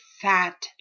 fat